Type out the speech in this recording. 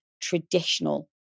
traditional